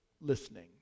listening